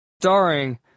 starring